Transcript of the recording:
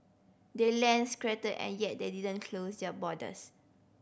they're land and yet they didn't close their borders